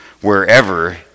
wherever